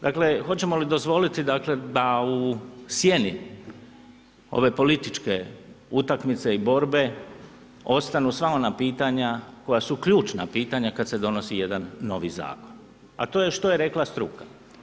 Dakle, hoćemo li dozvoliti, dakle da u sjeni ove političke utakmice i borbe ostanu sva ona pitanja koja su ključna pitanja kad se donosi jedan novi zakon, a to je što je rekla struka.